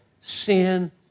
Sin